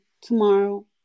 tomorrow